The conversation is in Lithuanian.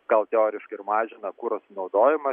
gal teoriškai ir mažina kuro sunaudojimą